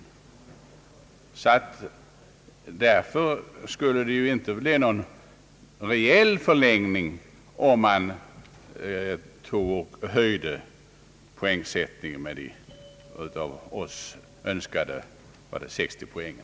Det skulle därför i verkligheten inte medföra någon förlängning av studietiden, om man höjde den totala poängsiffran för examen med de av oss önskade ytterligare 20 poängen.